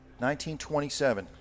1927